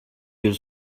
bir